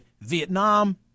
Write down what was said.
Vietnam